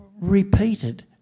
repeated